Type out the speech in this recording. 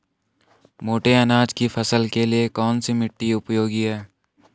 मोटे अनाज की फसल के लिए कौन सी मिट्टी उपयोगी है?